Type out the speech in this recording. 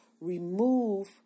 remove